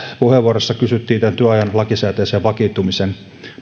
puheenvuorossa kysyttiin työajan lakisääteisen vakiintumisen